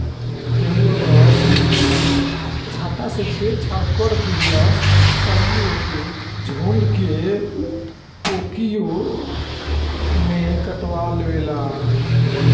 केहू अगर इनकी छत्ता से छेड़ छाड़ कर देहलस त इ ओके झुण्ड में पोकिया में काटलेवेला